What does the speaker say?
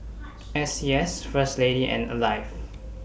S C S First Lady and Alive